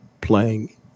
playing